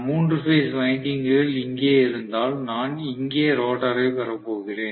மூன்று பேஸ் வைண்டிங்க்குகள் இங்கே இருந்தால் நான் இங்கே ரோட்டரைப் பெறப் போகிறேன்